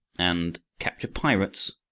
and capture pirates,